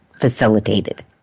facilitated